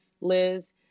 Liz